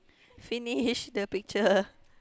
finished the picture